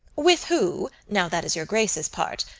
with who? now that is your grace's part.